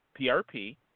PRP